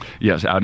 Yes